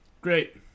Great